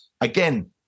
again